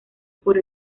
por